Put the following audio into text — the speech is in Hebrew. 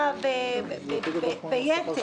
ביתר.